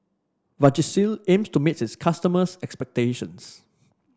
Vagisil aims to meet its customers' expectations